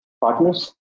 partners